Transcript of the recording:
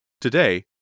Today